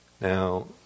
Now